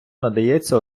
надається